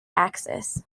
axis